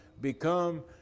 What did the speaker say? become